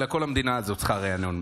אלא כל המדינה הזאת צריכה ריענון.